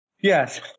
Yes